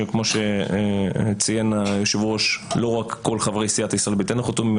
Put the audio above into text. שכמו שציין היושב-ראש לא רק כל חברי סיעת ישראל ביתנו חתומים,